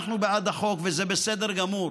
אנחנו בעד החוק וזה בסדר גמור.